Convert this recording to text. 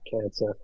cancer